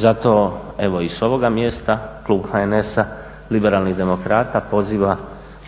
Zato evo i s ovoga mjesta klub HNS-a liberalnih demokrata poziva